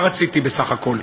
מה רציתי בסך הכול?